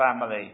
family